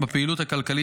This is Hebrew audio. בפעילות הכלכלית,